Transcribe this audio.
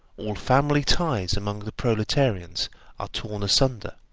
all family ties among the proletarians are torn asunder,